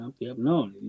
No